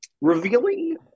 revealing